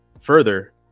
further